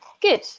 Good